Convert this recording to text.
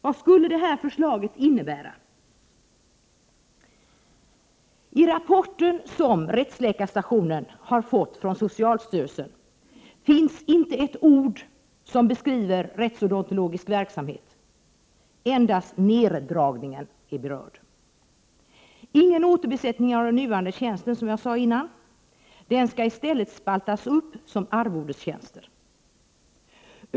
Vad skulle detta förslag innebära? I den rapport som rättsläkarstationen fått från socialstyrelsen finns inte ett ord som beskriver rättsodontologisk verksamhet, endast neddragningen är berörd. Ingen återbesättning av nuvarande tjänst — den skall i stället spaltas upp som arvodestjänster.